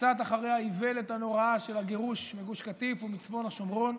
קצת אחרי האיוולת הנוראה של הגירוש מגוש קטיף ומצפון השומרון,